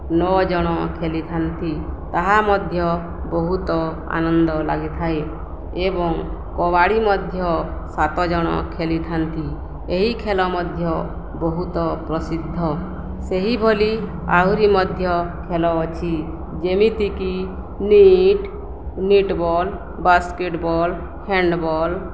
ନଅଜଣ ଖେଳିଥାନ୍ତି ତାହା ମଧ୍ୟ ବହୁତ ଆନନ୍ଦ ଲାଗିଥାଏ ଏବଂ କବାଡ଼ି ମଧ୍ୟ ସାତଜଣ ଖେଳିଥାନ୍ତି ଏହି ଖେଳ ମଧ୍ୟ ବହୁତ ପ୍ରସିଦ୍ଧ ସେହିଭଳି ଆହୁରି ମଧ୍ୟ ଖେଲ ଅଛି ଯେମିତିକି ନିଟ୍ ନିଟବଲ୍ ବାସ୍କେଟବଲ୍ ହ୍ୟାଣ୍ଡବଲ୍